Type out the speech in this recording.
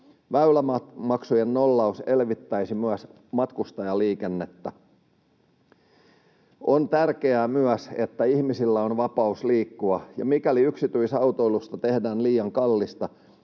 Väylämaksujen nollaus elvyttäisi myös matkustajaliikennettä. On tärkeää myös, että ihmisillä on vapaus liikkua, ja mikäli yksityisautoilusta tehdään liian kallista,